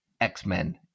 X-Men